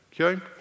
Okay